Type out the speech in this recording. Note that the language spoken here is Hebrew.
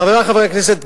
חברי חברי הכנסת,